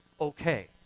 okay